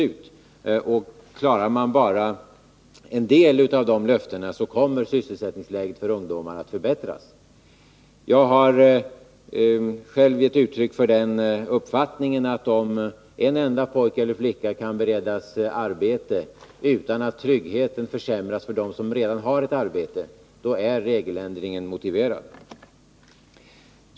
Klarar man av att infria bara en del av dessa löften, kommer sysselsättningsläget för ungdomar att förbättras. Jag har själv gett uttryck för den uppfattningen att, om en enda pojke eller flicka kan beredas arbete utan att tryggheten försämras för dem som redan har arbete, regeländringen är motiverad.